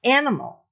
animal